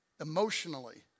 emotionally